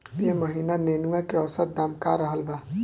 एह महीना नेनुआ के औसत दाम का रहल बा?